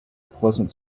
pleasant